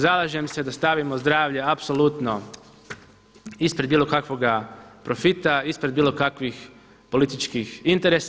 Zalažem se da stavimo zdravlje apsolutno ispred bilo kakvoga profita, ispred bilo kakvih političkih interesa.